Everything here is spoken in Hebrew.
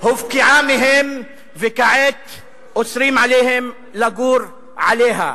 הופקעה מהם, וכעת אוסרים עליהם לגור עליה.